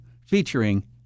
featuring